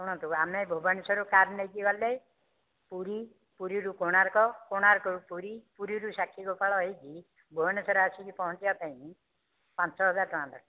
ଶୁଣନ୍ତୁ ଆମେ ଭୁବନେଶ୍ୱରରୁ କାର୍ ନେଇକି ଗଲେ ପୁରୀ ପୁରୀରୁ କୋଣାର୍କ କୋଣାର୍କରୁ ପୁରୀ ପୁରୀରୁ ସାକ୍ଷୀଗୋପାଳ ହୋଇକି ଭୁବନେଶ୍ୱର ଆସିକି ପହଞ୍ଚିବା ପାଇଁ ପାଞ୍ଚ ହଜାର ଟଙ୍କା ଦରକାର